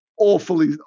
awfully